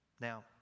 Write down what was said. Now